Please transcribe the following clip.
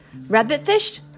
Rabbitfish